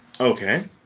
Okay